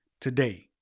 today